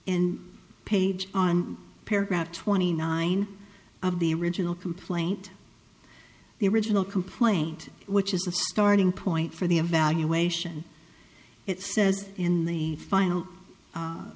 and page on paragraph twenty nine of the original complaint the original complaint which is a starting point for the evaluation it says in the final